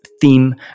theme